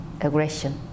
aggression